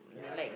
yeah